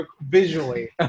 visually